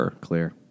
clear